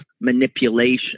manipulation